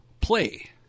play